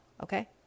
Okay